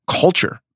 culture